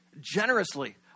generously